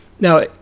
Now